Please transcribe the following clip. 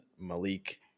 Malik